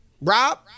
Rob